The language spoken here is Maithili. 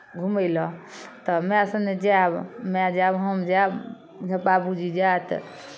घूमय लेल तऽ माय सङ्गे जायब माय जायब हम जायब जँ बाबूजी जायत